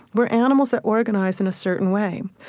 we're animals that organize in a certain way.